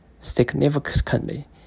significantly